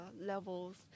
levels